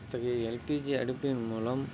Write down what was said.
இத்தகைய எல்பிஜி அடுப்பின் மூலம்